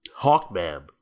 Hawkman